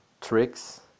Tricks